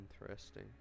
Interesting